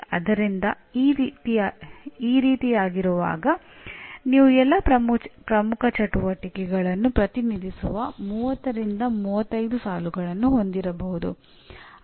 ಆದ್ದರಿಂದ ಈ ರೀತಿಯಾಗಿರುವಾಗ ನೀವು ಎಲ್ಲಾ ಪ್ರಮುಖ ಚಟುವಟಿಕೆಗಳನ್ನು ಪ್ರತಿನಿಧಿಸುವ 30 ರಿಂದ 35 ಸಾಲುಗಳನ್ನು ಹೊಂದಿರಬಹುದು